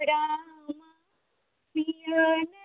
रामा पिया नहीं आये